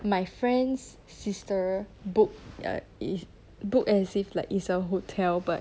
my friend's sister book err book as if like it's a hotel but